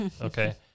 Okay